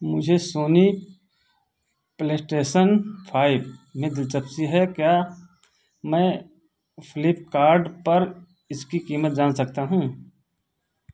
मुझे Sony PlayStation five में दिलचपसी है क्या मैं फ्लीपकार्ट पर इसकी कीमत जान सकता हूँ